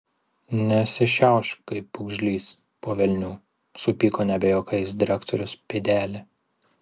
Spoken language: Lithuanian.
nesišiaušk kaip pūgžlys po velnių supyko nebe juokais direktorius pėdelė